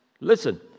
Listen